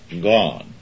gone